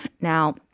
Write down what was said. Now